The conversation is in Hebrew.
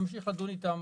נמשיך לדון איתם